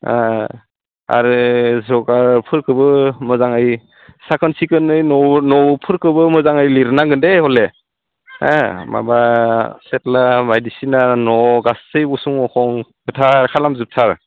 आरो जगारफोरखौबो मोजाङै साखोन सिखोनै न'फोरखौबो मोजाङै लिरनांगोन दै हले हा माबा सिथ्ला बायदिसिना न' गासै उसुं अखं गोथार खालामजोबथार